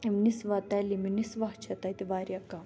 یِم نسواں تعلیٖمِ نسواں چھِ تَتہِ واریاہ کَم